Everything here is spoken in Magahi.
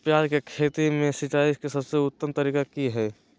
प्याज के खेती में सिंचाई के सबसे उत्तम तरीका की है?